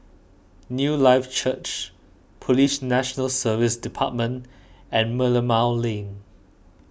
Newlife Church Police National Service Department and Merlimau Lane